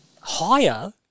Higher